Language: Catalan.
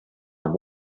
amb